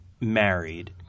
married